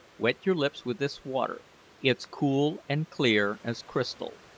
wet your lips with this water it's cool and clear as crystal.